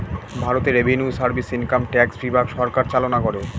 ভারতে revenue service income tax বিভাগ সরকার চালনা করে